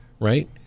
Right